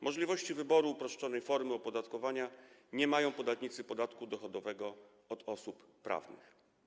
Możliwości wyboru uproszczonej formy opodatkowania nie mają podatnicy podatku dochodowego od osób prawnych.